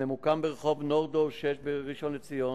הממוקם ברחוב נורדאו 6 בראשון-לציון,